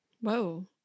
Whoa